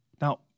Now